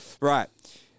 right